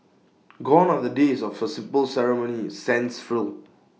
gone are the days of A simple ceremony sans frills